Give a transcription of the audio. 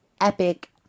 epic